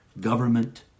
government